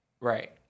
Right